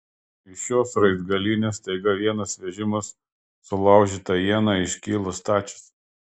iš šios raizgalynės staiga vienas vežimas sulaužyta iena iškyla stačias